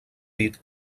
dit